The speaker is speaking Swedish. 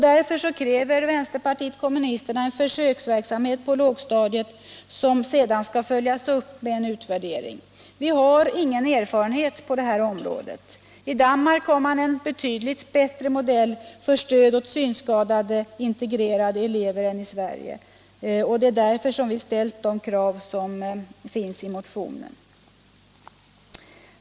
Därför kräver vänsterpartiet kommunisterna en försöksverksamhet på lågstadiet som sedan skall följas upp med en utvärdering. Vi har ingen erfarenhet på det här området. I Danmark har man en betydligt bättre modell för stöd åt synskadade integrerade elever än i Sverige. Det är därför som vi ställt de krav som finns i motionen.